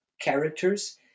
characters